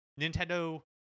Nintendo